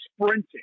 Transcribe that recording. sprinting